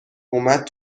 اومد